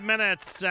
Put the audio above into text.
minutes